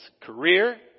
career